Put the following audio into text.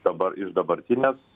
dabar iš dabartinės